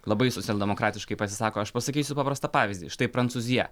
labai socialdemokratiškai pasisako aš pasakysiu paprastą pavyzdį štai prancūzija